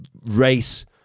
race